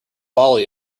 bali